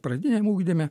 pradiniam ugdyme